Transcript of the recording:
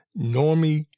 Normie